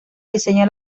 diseña